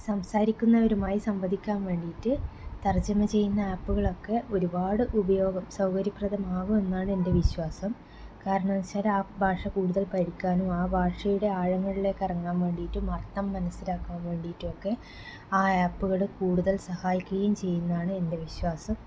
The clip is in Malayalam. സംസാരിക്കുന്നവരുമായി സംവദിക്കാൻ വേണ്ടിയിട്ട് തർജ്ജിമ ചെയ്യുന്ന ആപ്പുകളൊക്കെ ഒരുപാട് ഉപയോഗം സൗകര്യപ്രദം ആവും എന്നാണ് എൻ്റെ വിശ്വാസം കാരണമെന്നു വെച്ചാല് ആ ഭാഷ കൂടുതൽ പഠിക്കാനും ആ ഭാഷയുടെ ആഴങ്ങളിലേക്ക് ഇറങ്ങാൻ വേണ്ടിയിട്ടും അർത്ഥം മനസ്സിലാക്കാൻ വേണ്ടിയിട്ടുമൊക്കെ ആ ആപ്പുകള് കൂടുതൽ സഹായിക്കുകയും ചെയ്യും എന്നാണ് എൻ്റെ വിശ്വാസം